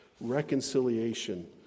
reconciliation